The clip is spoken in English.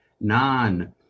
non